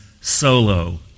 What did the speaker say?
solo